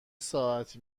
ساعتی